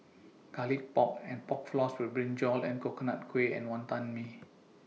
Garlic Pork and Pork Floss with Brinjal Coconut Kuih and Wonton Mee